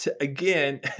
again